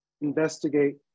investigate